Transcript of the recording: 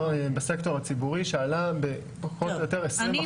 בסקטור הציבורי שעלה בפחות או יותר 20% מאז.